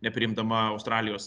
nepriimdama australijos